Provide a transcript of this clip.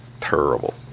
terrible